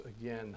again